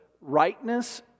rightness